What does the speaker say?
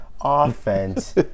offense